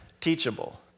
teachable